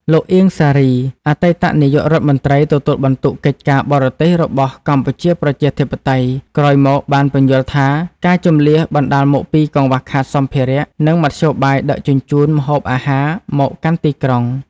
លោក អៀង សារី អតីតនាយករដ្ឋមន្ត្រីទទួលបន្ទុកកិច្ចការបរទេសរបស់កម្ពុជាប្រជាធិបតេយ្យ ក្រោយមកបានពន្យល់ថា ការជម្លៀសបណ្តាលមកពីកង្វះខាតសម្ភារៈ និងមធ្យោបាយដឹកជញ្ជូនម្ហូបអាហារមកកាន់ទីក្រុង។